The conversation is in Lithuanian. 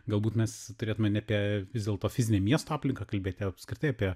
galbūt mes turėtume ne apie vis dėlto fizinę miesto aplinką kalbėti o apskritai apie